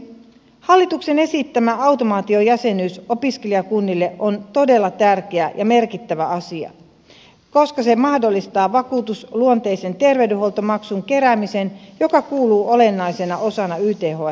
hallituksen esittämä automaatiojäsenyys opiskelijakunnille on todella tärkeä ja merkittävä asia koska se mahdollistaa vakuutusluonteisen terveydenhuoltomaksun keräämisen joka kuuluu olennaisena osana yths malliin